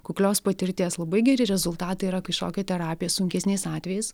kuklios patirties labai geri rezultatai yra kai šokio terapija sunkesniais atvejais